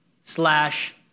slash